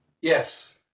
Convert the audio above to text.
Yes